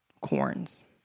corns